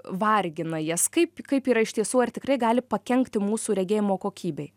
vargina jas kaip kaip yra iš tiesų ar tikrai gali pakenkti mūsų regėjimo kokybei